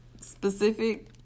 specific